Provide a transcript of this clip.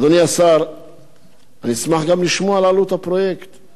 אני אשמח גם לשמוע על עלות הפרויקט ועל מקורות המימון שלו.